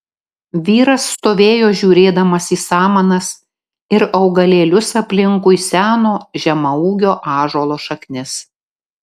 vyras stovėjo žiūrėdamas į samanas ir augalėlius aplinkui seno žemaūgio ąžuolo šaknis